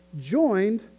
joined